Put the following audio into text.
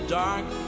dark